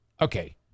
okay